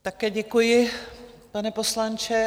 Také děkuji, pane poslanče.